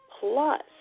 plus